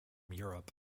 europe